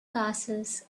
castles